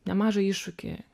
nemažą iššūkį